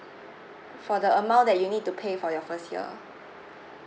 for the amount that you need to pay for your first year